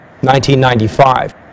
1995